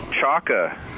Chaka